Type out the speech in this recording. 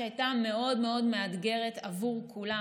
שהייתה מאוד מאוד מאתגרת בעבור כולם,